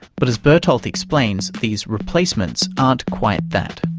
but as bertolt explains, these replacements aren't quite that.